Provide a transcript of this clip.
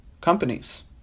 companies